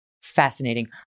fascinating